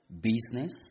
business